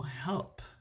help